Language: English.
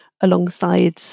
alongside